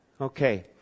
Okay